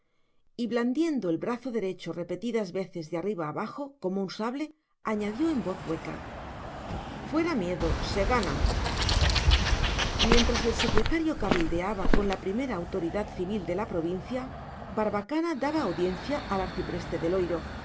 y blandiendo el brazo derecho repetidas veces de arriba abajo como un sable añadió en voz hueca fuera miedo se gana mientras el secretario cabildeaba con la primera autoridad civil de la provincia barbacana daba audiencia al arcipreste de loiro